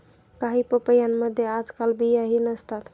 काही पपयांमध्ये आजकाल बियाही नसतात